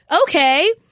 okay